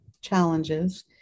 challenges